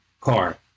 car